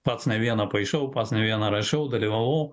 pats ne vieną paišiau pats ne vieną rašau dalyvavau